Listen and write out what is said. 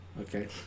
Okay